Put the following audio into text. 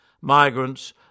migrants